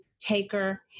taker